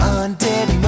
undead